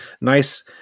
nice